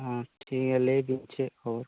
ᱴᱷᱤᱠ ᱜᱮᱭᱟ ᱵᱮᱱ ᱪᱮᱫ ᱠᱷᱚᱵᱚᱨ